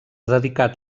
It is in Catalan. dedicat